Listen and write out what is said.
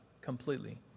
completely